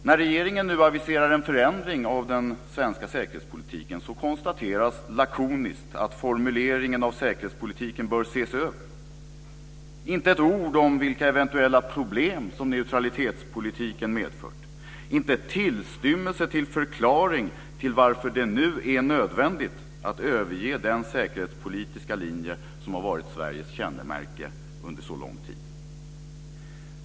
När regeringen nu aviserar en förändring av den svenska säkerhetspolitiken konstateras lakoniskt att formuleringen av säkerhetspolitiken bör ses över. Det sägs inte ett ord om vilka eventuella problem som neutralitetspolitiken medfört. Det finns inte en tillstymmelse till förklaring till varför det nu är nödvändigt att överge den säkerhetspolitiska linje som har varit Sveriges kännemärke under så lång tid.